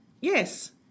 Yes